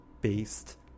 based